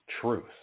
truth